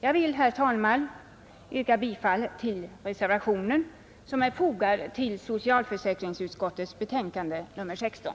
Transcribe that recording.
Jag vill, herr talman, yrka bifall till reservationen, som är fogad vid socialförsäkringsutskottets betänkande nr 16.